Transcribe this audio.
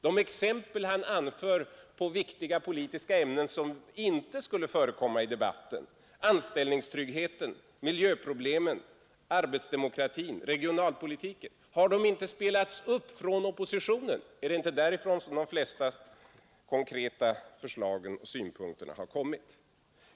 De exempel han anför på viktiga politiska ämnen som inte skulle förekomma i debatten, nämligen anställningstryggheten, miljöproblemen, arbetsdemokratin, regionalpolitiken, har de inte spelats upp från oppositionen? Är det inte därifrån som de flesta konkreta förslagen och synpunkterna har kommit?